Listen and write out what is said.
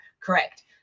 Correct